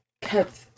kept